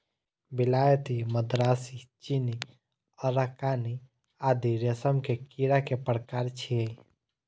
विलायती, मदरासी, चीनी, अराकानी आदि रेशम के कीड़ा के प्रकार छियै